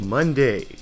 Monday